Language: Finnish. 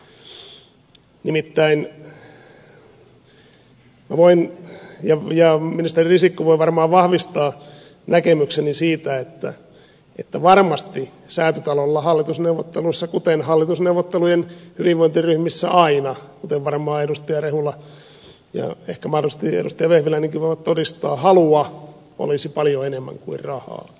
nimittäin minä voin todeta ja ministeri risikko voi varmaan vahvistaa näkemykseni että varmasti säätytalolla hallitusneuvotteluissa kuten hallitusneuvottelujen hyvinvointiryhmissä aina kuten varmaan edustaja rehula ja ehkä mahdollisesti edustaja vehviläinenkin voivat todistaa halua olisi paljon enemmän kuin rahaa